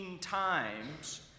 times